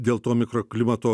dėl to mikroklimato